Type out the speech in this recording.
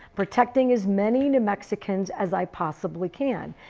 protecting as many new mexicans as i possibly can.